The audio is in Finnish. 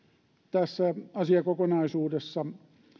tässä asiakokonaisuudessa